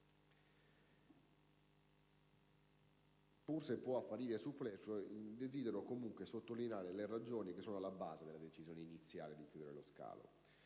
se può apparire superfluo, desidero, comunque, sottolineare le ragioni alla base della decisione iniziale di chiudere lo scalo